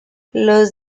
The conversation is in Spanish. los